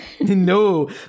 No